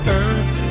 earth